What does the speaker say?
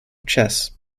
chess